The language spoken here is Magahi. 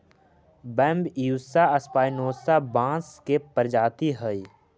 बैम्ब्यूसा स्पायनोसा बाँस के प्रजाति हइ